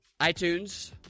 itunes